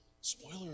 Spoiler